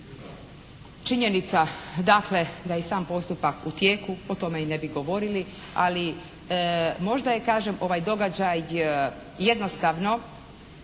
činjenica dakle da je i sam postupak u tijeku, po tome i ne bi govorili ali, možda je kažem ovaj događaj jednostavno